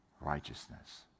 righteousness